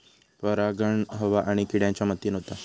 परागण हवा आणि किड्यांच्या मदतीन होता